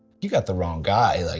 you got the wrong guy, like